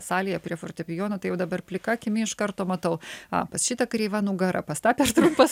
salėje prie fortepijono tai jau dabar plika akimi iš karto matau a pas šitą kreiva nugara pas tą per trumpas